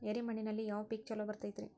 ಎರೆ ಮಣ್ಣಿನಲ್ಲಿ ಯಾವ ಪೇಕ್ ಛಲೋ ಬರತೈತ್ರಿ?